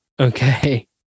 Okay